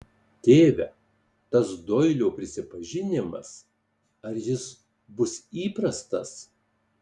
tėve tas doilio prisipažinimas ar jis bus įprastas